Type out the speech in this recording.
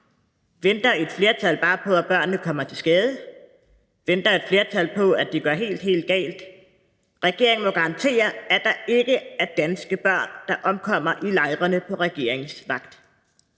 Venter et flertal bare på, at børnene kommer til skade? Venter et flertal på, at det går helt, helt galt? Regeringen må garantere, at der ikke er danske børn, der omkommer i lejrene på regeringens vagt.